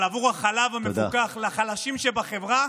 אבל עבור החלב המפוקח לחלשים שבחברה